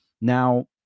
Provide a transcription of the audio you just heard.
Now